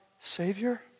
Savior